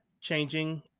changing